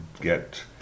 get